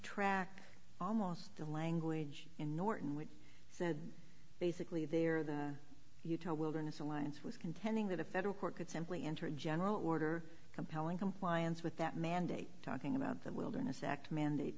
track almost the language in norton which said basically there the utah wilderness alliance was contending that a federal court could simply enter a general order compelling compliance with that mandate talking about the wilderness act mandate